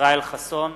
ישראל חסון,